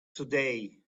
today